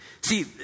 See